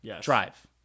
drive